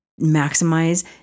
maximize